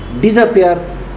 disappear